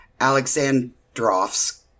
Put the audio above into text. Alexandrovsk